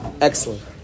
excellent